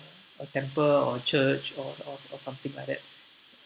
a temple or church or or or something like that